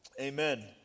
Amen